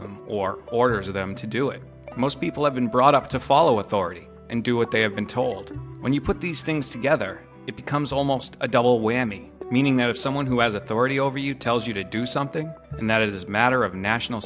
them or orders them to do it most people have been brought up to follow authority and do what they have been told when you put these things together it becomes almost a double whammy meaning that if someone who has authority over you tells you to do something and that it is matter of national